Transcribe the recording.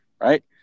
right